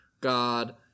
God